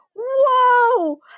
whoa